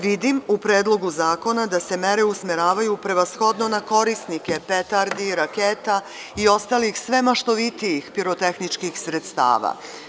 Vidim u Predlogu zakona da se mere usmeravaju prevashodno na korisnike petardi, raketa i ostalih sve maštovitijih pirotehničkih sredstava.